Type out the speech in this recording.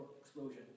Explosion